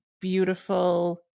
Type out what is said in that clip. beautiful